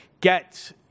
get